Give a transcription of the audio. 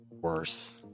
worse